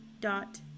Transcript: dot